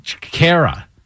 kara